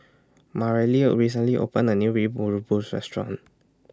Mareli recently opened A New Mee Rebus Restaurant